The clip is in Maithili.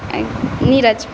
नीरज